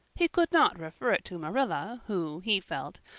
he could not refer it to marilla, who, he felt,